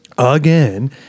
Again